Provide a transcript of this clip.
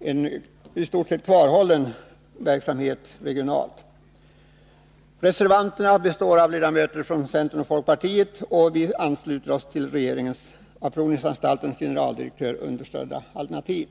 en i stort sett bibehållen regional verksamhet. Reservanterna består av ledamöterna från centern och folkpartiet, vilka ansluter sig till regeringens av provningsanstaltens generaldirektör understödda alternativ.